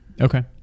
Okay